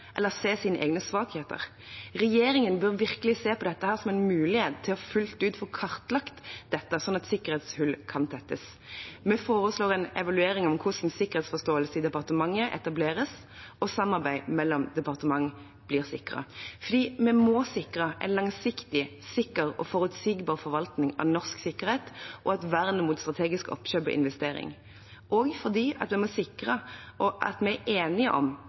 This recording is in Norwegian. eller se sine egne svakheter. Regjeringen bør virkelig se på dette som en mulighet til fullt ut å få kartlagt dette slik at sikkerhetshull kan tettes. Vi foreslår en evaluering av hvordan sikkerhetsforståelse i departementene etableres og samarbeid mellom departementene blir sikret. Vi må sikre en langsiktig, sikker og forutsigbar forvaltning av norsk sikkerhet og et vern mot strategisk oppkjøp og investering. Og vi må sikre at vi er enige om